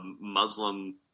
Muslim